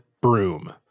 broom